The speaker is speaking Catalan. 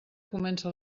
comença